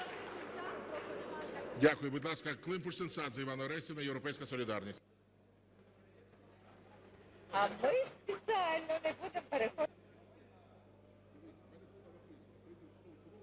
Дякую. Будь ласка, Климпуш-Цинцадзе Іванна Орестівна, "Європейська солідарність".